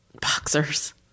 Boxers